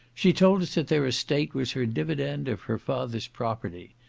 she told us that their estate was her divi dend of her father's property.